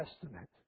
Testament